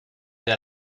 der